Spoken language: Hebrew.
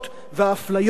על מה ולמה?